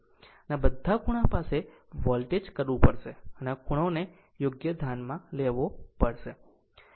આમ આ બધા ખૂણા પાસે વોલ્ટેજ કરવું પડશે અને ખૂણોને યોગ્ય ધ્યાનમાં લેવો પડશે